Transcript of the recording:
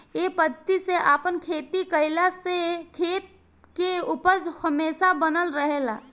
ए पद्धति से आपन खेती कईला से खेत के उपज हमेशा बनल रहेला